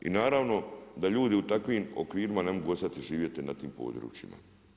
I naravno da ljudi u takvim okvirima ne mogu ostati živjeti na tim područjima.